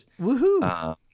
Woohoo